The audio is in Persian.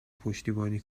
پشتیبانی